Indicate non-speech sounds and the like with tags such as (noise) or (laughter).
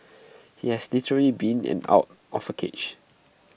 (noise) he has literally been in and out of A cage